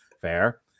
Fair